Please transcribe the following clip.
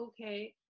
okay